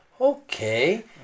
okay